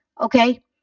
Okay